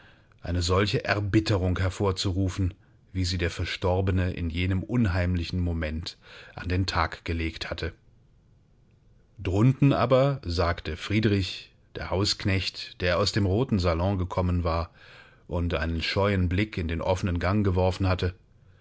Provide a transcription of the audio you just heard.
eine solche erbitterung hervorzurufen wie sie der verstorbene in jenem unheimlichen moment an den tag gelegt hatte drunten aber sagte friedrich der hausknecht der aus dem roten salon gekommen war und einen scheuen blick in den offenen gang geworfen hatte